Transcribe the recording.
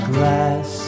Glass